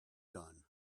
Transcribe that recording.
done